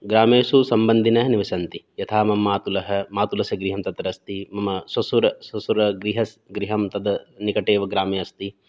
ग्रामेषु सम्बन्धिनः निवसन्ति यथा मम मातुलः मातुलस्य गृहं तत्र अस्ति मम श्वशुर् श्वशुरगृहं गृहं तद् निकटे एव ग्रामे अस्ति